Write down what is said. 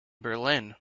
berlin